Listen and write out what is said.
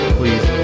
please